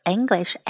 English